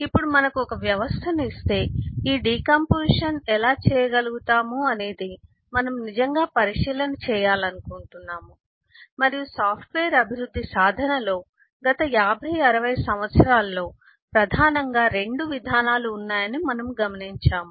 ఇప్పుడు మనకు ఒక వ్యవస్థను ఇస్తే ఈ డికాంపొజిషన్ ఎలా చేయగలుగుతాము అనేది మనం నిజంగా పరిశీలన చేయాలనుకుంటున్నాము మరియు సాఫ్ట్వేర్ అభివృద్ధి సాధనలో గత 50 60 సంవత్సరాల్లో ప్రధానంగా 2 విధానాలు ఉన్నాయని మనము గమనించాము